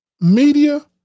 media